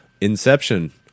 Inception